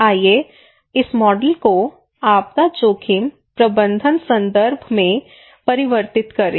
आइए इस मॉडल को आपदा जोखिम प्रबंधन संदर्भ में परिवर्तित करें